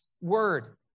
word